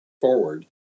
forward